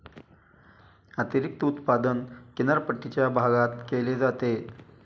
अतिरिक्त उत्पादन किनारपट्टीच्या भागात केले जाते